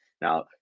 Now